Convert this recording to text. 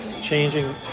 changing